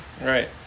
Right